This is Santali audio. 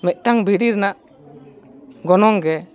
ᱢᱤᱫᱴᱟᱝ ᱵᱷᱤᱰᱤ ᱨᱮᱱᱟᱜ ᱜᱚᱱᱚᱝ ᱜᱮ